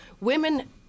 women